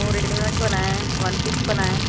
हो रेडिमेट पण आहे वन पीस पण आहे